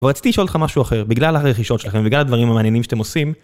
ורציתי לשאול אותך משהו אחר, בגלל הרכישות שלכם ובגלל הדברים המעניינים שאתם עושים